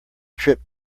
trip